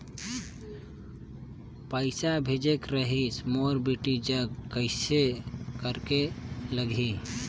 पइसा भेजेक रहिस मोर बेटी जग कइसे करेके लगही?